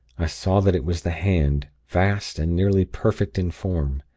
i saw that it was the hand, vast and nearly perfect in form.